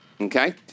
okay